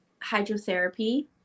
hydrotherapy